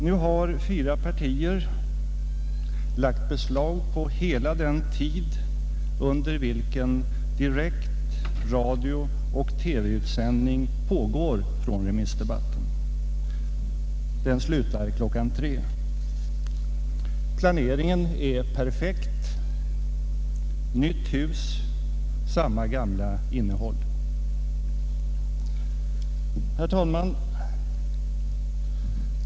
Nu har fyra partier lagt beslag på hela den tid, under vilken direkt radiooch TV-utsändning pågår från remissdebatten. Sändningen slutar kl. 15. Planeringen är perfekt: Nytt hus, samma gamla innehåll. Herr talman!